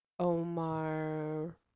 Omar